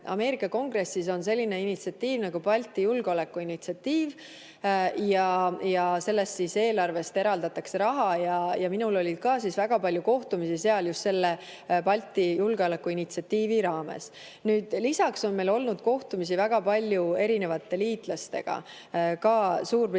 Kongressis on selline initsiatiiv nagu Balti Julgeolekuinitsiatiiv ja selle eelarvest eraldatakse raha. Minul oli väga palju kohtumisi seal just Balti Julgeolekuinitsiatiivi raames. Nüüd, lisaks on meil olnud kohtumisi väga palju erinevate liitlastega, ka Suurbritanniaga.